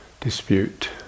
dispute